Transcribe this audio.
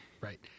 Right